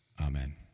Amen